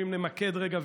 אם נמקד רגע,